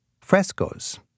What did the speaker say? frescoes